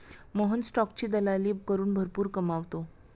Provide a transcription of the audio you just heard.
मोहन स्टॉकची दलाली करून भरपूर कमावतो